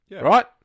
Right